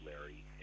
Larry